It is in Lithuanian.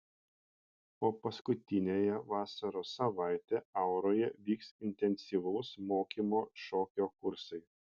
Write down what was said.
o paskutiniąją vasaros savaitę auroje vyks intensyvaus mokymo šokio kursai